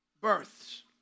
births